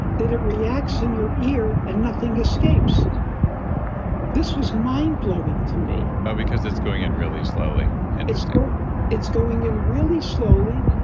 that it reacts in your ear and nothing escapes this was mind-blowing to me oh, because it's going in really slowly. interesting it's going in really slowly,